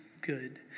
good